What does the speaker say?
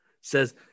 says